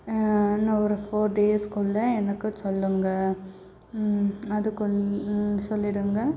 இன்னும் ஒரு ஃபோர் டேஸ்க்குள்ளே எனக்கு சொல்லுங்க அதுக்குள்ளே சொல்லிவிடுங்க